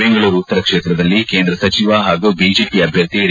ಬೆಂಗಳೂರು ಉತ್ತರ ಕ್ಷೇತ್ರದಲ್ಲಿ ಕೇಂದ್ರ ಸಚಿವ ಹಾಗೂ ಬಿಜೆಪಿ ಅಭ್ಯರ್ಥಿ ಡಿ